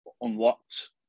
unlocked